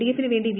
ഡിഎഫിന് വേണ്ടി വി